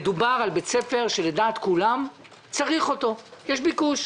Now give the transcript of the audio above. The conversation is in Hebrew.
מדובר על בית ספר שלדעת כולם צריך אותו, יש ביקוש.